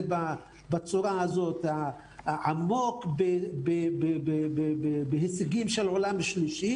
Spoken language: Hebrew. בצורה הזאת עמוק בהישגים של עולם שלישי.